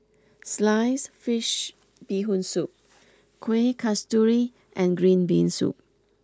Sliced Fish Bee Hoon Soup Kueh Kasturi and Green Bean Soup